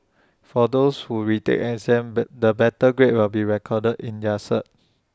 for those who retake exam but the better grade will be recorded in their cert